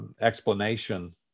explanation